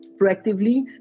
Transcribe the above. proactively